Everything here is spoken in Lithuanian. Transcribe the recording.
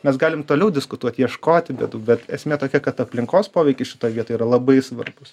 mes galime toliau diskutuot ieškoti bėdų bet esmė tokia kad aplinkos poveikis šitoj vietoj yra labai svarbus